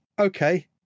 okay